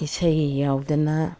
ꯏꯁꯩ ꯌꯥꯎꯗꯅ